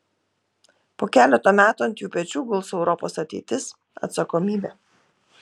po keleto metų ant jų pečių guls europos ateitis atsakomybė